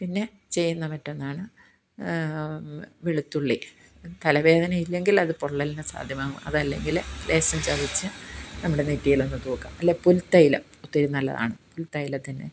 പിന്നെ ചെയ്യുന്ന മറ്റൊന്നാണ് വെളുത്തുള്ളി തലവേദന ഇല്ലെങ്കിൽ അത് പൊള്ളലിന് സാധ്യമാകും അതല്ലെങ്കിൽ ലേശം ചതച്ച് നമ്മുടെ നെറ്റിയിൽ ഒന്ന് തൂക്കാം അല്ലെ പുൽതൈലം ഒത്തിരി നല്ലതാണ് പുൽതൈലത്തിനെ